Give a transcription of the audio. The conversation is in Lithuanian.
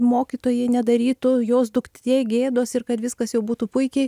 mokytojai nedarytų jos dukt tė gėdos ir kad viskas jau būtų puikiai